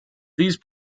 these